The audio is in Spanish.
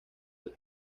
del